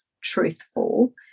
truthful